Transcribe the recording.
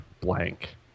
blank